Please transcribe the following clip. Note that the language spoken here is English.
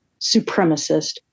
supremacist